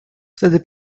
wtedy